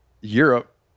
Europe